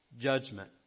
judgment